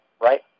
right